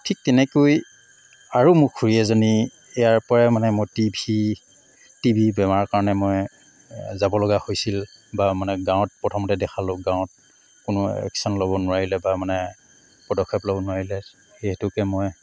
ঠিক তেনেকৈ আৰু মোৰ খুড়ী এজনী ইয়াৰ পৰাই মানে মই টিভি টিবি বেমাৰৰ কাৰণে মই যাব লগা হৈছিল বা মানে গাঁৱত প্ৰথমতে দেখালো গাঁৱত কোনো একশ্যন ল'ব নোৱাৰিলে বা মানে পদক্ষেপ ল'ব নোৱাৰিলে সেই হেতুকে মই